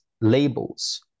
labels